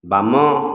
ବାମ